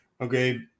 Okay